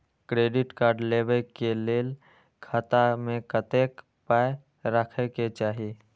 Credit card लेबै के लेल खाता मे कतेक पाय राखै के चाही?